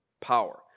power